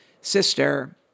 sister